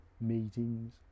meetings